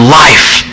life